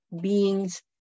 beings